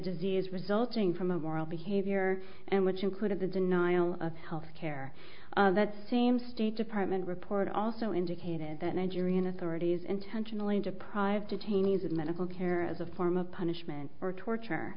disease resulting from a moral behavior and which included the denial of health care that same state department report also indicated that nigerian authorities intentionally deprive detainees of medical care as a form of punishment or torture